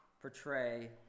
portray